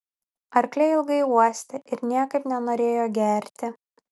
arkliai ilgai uostė ir niekaip nenorėjo gerti